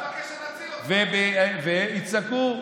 ויצעקו: